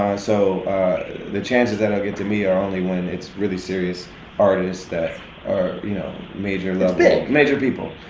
so the chances that i'll get to meet are only when it's really serious artists that are, you know, major level. it's big. major people.